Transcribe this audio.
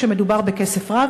ומדובר בכסף רב?